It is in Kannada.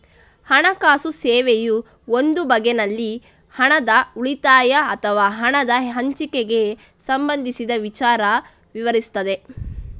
ಹಣಕಾಸು ಸೇವೆಯು ಒಂದು ಬಗೆನಲ್ಲಿ ಹಣದ ಉಳಿತಾಯ ಅಥವಾ ಹಣದ ಹಂಚಿಕೆಗೆ ಸಂಬಂಧಿಸಿದ ವಿಚಾರ ವಿವರಿಸ್ತದೆ